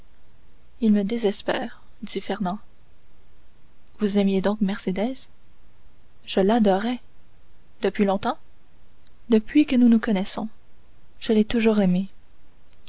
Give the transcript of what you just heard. il me désespère dit fernand vous aimiez donc mercédès je l'adorais depuis longtemps depuis que nous nous connaissons je l'ai toujours aimée